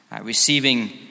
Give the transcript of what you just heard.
receiving